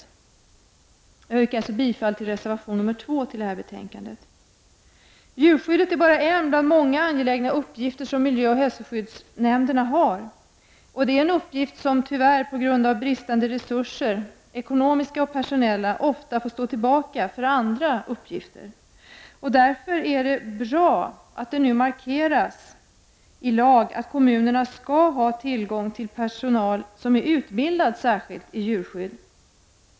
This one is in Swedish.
Jag yrkar alltså bifall till reservation 2 i betänkandet. Djurskyddet är bara en av många angelägna uppgifter som miljöoch hälsoskyddsnämnden har, och det är en uppgift som tyvärr till följd av bristande resurser — ekonomiska och personella — får stå tillbaka för andra uppgifter. Därför är det bra att det nu markeras i lag att kommunerna skall ha tillgång till personal som är särskilt utbildad på djurskyddsområdet.